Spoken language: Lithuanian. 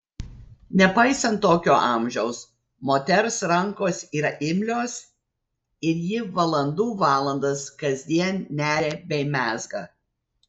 nepaisant tokio amžiaus moters rankos yra imlios ir ji valandų valandas kasdien neria bei mezga